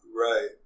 Right